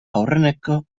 aurreneko